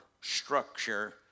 structure